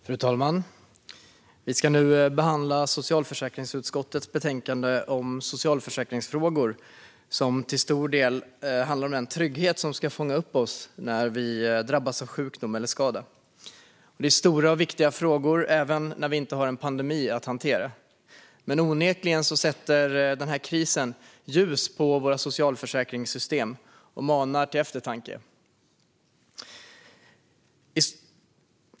Fru talman! Vi behandlar nu socialförsäkringsutskottets betänkande om socialförsäkringsfrågor. Det handlar till stor del om den trygghet som ska fånga upp oss när vi drabbas av sjukdom eller skada. Det är stora och viktiga frågor, även när vi inte har en pandemi att hantera. Men den här krisen sätter verkligen ljus på våra socialförsäkringssystem och manar till eftertanke.